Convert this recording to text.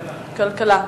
כלכלה.